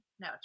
No